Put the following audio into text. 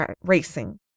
racing